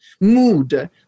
mood